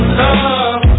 love